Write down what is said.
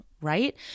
right